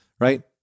Right